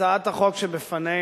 הצעת החוק שבפנינו,